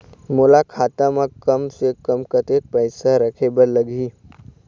मोला खाता म कम से कम कतेक पैसा रखे बर लगही?